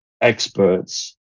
experts